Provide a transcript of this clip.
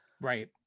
Right